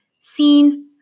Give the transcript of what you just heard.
seen